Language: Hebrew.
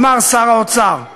אמר שר האוצר.